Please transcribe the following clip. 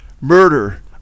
murder